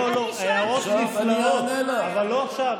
לא, לא, ההערות נפלאות, אבל לא עכשיו.